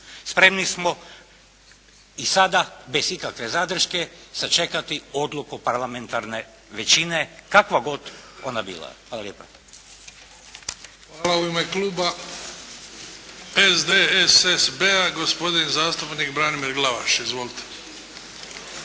spremni smo i sada bez ikakve zadrške sačekati odluku parlamentarne većine kakva god ona bila. Hvala lijepa. **Bebić, Luka (HDZ)** Hvala. U ime kluba SDSSB-a gospodin zastupnik Branimir Glavaš. Izvolite.